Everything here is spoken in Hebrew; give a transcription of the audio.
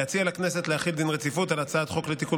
להציע לכנסת להחיל דין רציפות על הצעת חוק לתיקון